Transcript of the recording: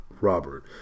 Robert